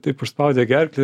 taip užspaudė gerklę